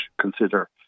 consider